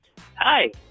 Hi